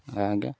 ଆଜ୍ଞା